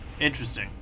Interesting